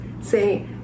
say